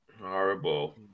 horrible